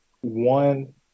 one